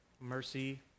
mercy